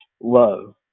love